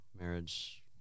marriage